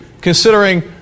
considering